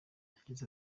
yagize